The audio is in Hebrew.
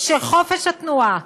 שחופש התנועה